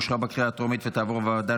אושרה בקריאה הטרומית ותעבור לוועדה